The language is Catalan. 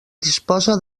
disposa